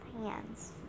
hands